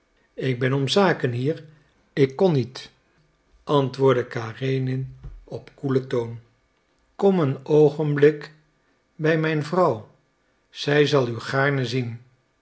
ik ben om zaken hier ik kon niet antwoordde karenin op koelen toon kom een oogenblik bij mijn vrouw zij zal u gaarne zien